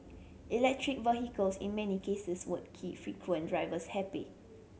electric vehicles in many cases won't keep frequent drivers happy